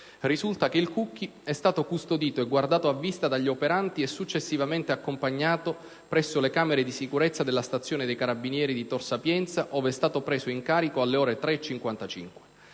risulta che il Cucchi è stato custodito e guardato a vista dagli operanti e successivamente accompagnato presso le camere di sicurezza della stazione dei carabinieri di Tor Sapienza, ove è stato preso in carico alle ore 3,55.